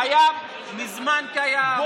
הים מזמן קיים,